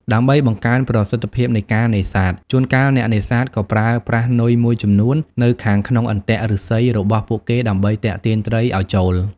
ដើម្បីបង្កើនប្រសិទ្ធភាពនៃការនេសាទ ជួនកាលអ្នកនេសាទក៏ប្រើប្រាស់នុយមួយចំនួននៅខាងក្នុងអន្ទាក់ឫស្សីរបស់ពួកគេដើម្បីទាក់ទាញត្រីឲ្យចូល។